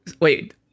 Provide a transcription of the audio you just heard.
Wait